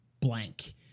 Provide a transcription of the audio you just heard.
blank